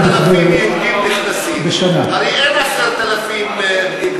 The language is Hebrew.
מה שאתה אומר רק עכשיו, בחודשים האחרונים?